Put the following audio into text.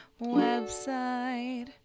website